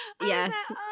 Yes